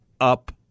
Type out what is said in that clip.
up